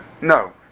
No